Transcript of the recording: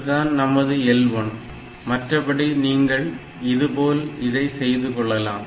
இதுதான் நமது L1 மற்றபடி நீங்கள் இது போல் செய்து கொள்ளலாம்